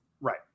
Right